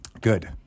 good